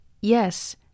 Yes